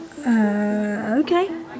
okay